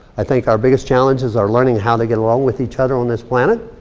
i think our biggest challenge is our learning how to get along with each other on this planet.